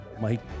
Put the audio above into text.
Mike